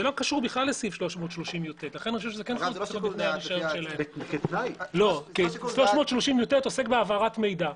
זה לא קשור בכלל לסעיף 330יט. 360יט עוסק בהעברת מידע.